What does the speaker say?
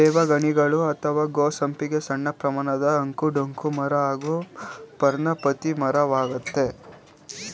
ದೇವಗಣಿಗಲು ಅತ್ವ ಗೋ ಸಂಪಿಗೆ ಸಣ್ಣಪ್ರಮಾಣದ ಅಂಕು ಡೊಂಕು ಮರ ಹಾಗೂ ಪರ್ಣಪಾತಿ ಮರವಾಗಯ್ತೆ